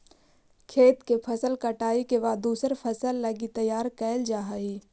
खेत के फसल कटाई के बाद दूसर फसल लगी तैयार कैल जा हइ